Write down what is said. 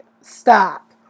Stop